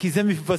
כי זה מבזה.